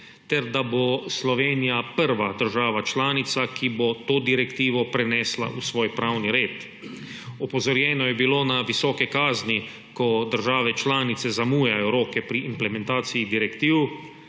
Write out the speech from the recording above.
ter da bo Slovenija prva država članica, ki bo to direktivo prenesla v svoj pravni red. Opozorjeno je bilo na visoke kazni, ko države članice zamujajo roke pri implementaciji direktiv,